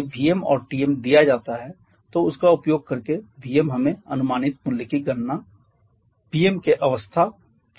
यदि Vm और Tm दिया जाता है तो उसका उपयोग करके Vm हमें अनुमानित मूल्य की गणना Pm के अवस्था